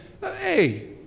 hey